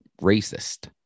racist